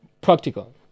practical